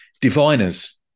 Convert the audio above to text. diviners